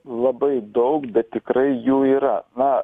labai daug bet tikrai jų yra na